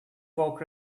woke